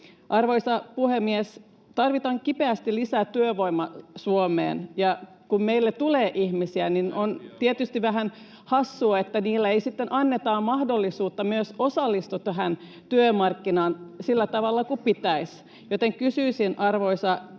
Arvoisa puhemies! Tarvitaan kipeästi lisää työvoimaa Suomeen, ja kun meille tulee ihmisiä, niin on tietysti vähän hassua, että heille ei sitten anneta mahdollisuutta myös osallistua työmarkkinaan sillä tavalla kuin pitäisi. Kysyisin, arvoisa puhemies: